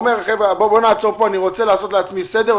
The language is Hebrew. הוא אומר: אני רוצה לעשות לעצמי סדר.